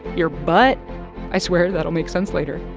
your butt i swear that'll make sense later.